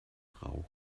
brauchen